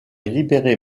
libérer